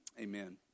amen